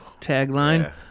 Tagline